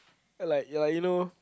ya lah ya lah you know